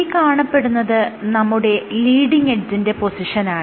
ഈ കാണപ്പെടുന്നത് നമ്മുടെ ലീഡിങ് എഡ്ജിന്റെ പൊസിഷനാണ്